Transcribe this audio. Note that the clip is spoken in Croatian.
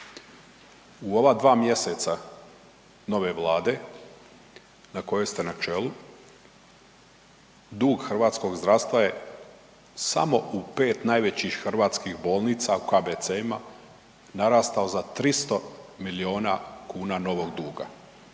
U ova 2 mj. nove Vlade na kojoj ste na čelu, dug hrvatskog zdravstva je samo u 5 najvećih hrvatskih bolnica, u KBC-ima, narastao za 300 milijuna kuna novog duga.